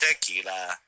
tequila